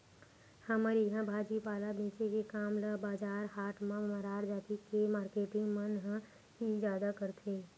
हमर इहाँ भाजी पाला बेंचे के काम ल बजार हाट म मरार जाति के मारकेटिंग मन ह ही जादा करथे